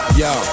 yo